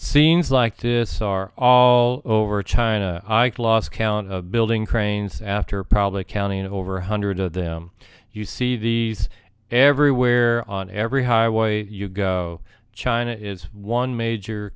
scenes like this are all over china i can last count of building cranes after probably counting of over one hundred of them you see these everywhere on every highway you go china is one major